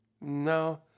No